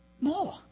More